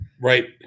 right